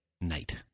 night